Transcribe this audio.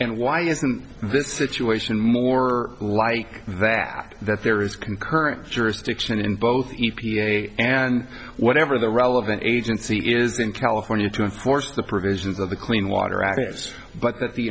and why isn't this situation more like that that there is concurrent jurisdiction in both e p a and whatever the relevant agency is in california to enforce the provisions of the clean water act is but that the